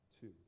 two